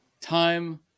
Time